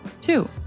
Two